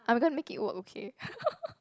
I'm gonna make it work okay